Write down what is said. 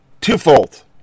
twofold